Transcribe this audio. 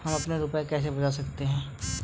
हम अपने रुपये कैसे बचा सकते हैं?